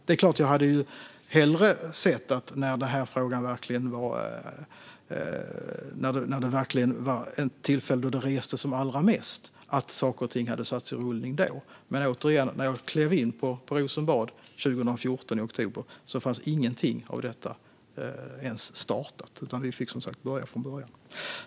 Det är klart att jag hellre hade sett att saker och ting hade satts i rullning vid det tillfälle då det verkligen restes som allra mest. Men återigen: När jag klev in på Rosenbad i oktober 2014 fanns ingenting av detta ens påbörjat. Vi fick börja från början.